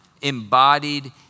embodied